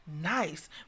nice